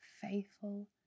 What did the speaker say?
faithful